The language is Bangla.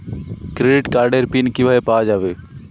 ক্রেডিট কার্ডের পিন কিভাবে পাওয়া যাবে?